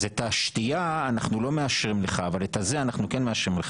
השתייה אנחנו לא מאשרים לך אבל משהו אחר כן.